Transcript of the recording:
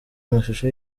amashusho